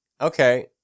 okay